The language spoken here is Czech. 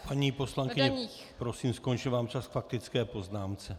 Paní poslankyně, prosím, skončil vám čas k faktické poznámce.